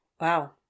Wow